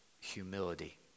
humility